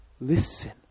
listen